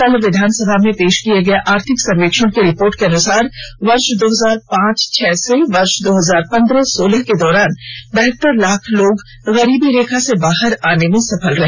कल विधानसभा में पेश किए गए आर्थिक सर्वेक्षण की रिपोर्ट के अनुसार वर्ष दो हजार पांच छह से वर्ष दो हजार पन्द्रह सोलह के दौरान बहत्तर लाख लोग गरीबी रेखा से बाहर आने में सफल रहे